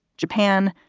japan,